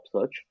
search